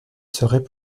serait